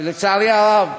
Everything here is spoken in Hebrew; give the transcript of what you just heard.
לצערי הרב,